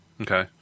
Okay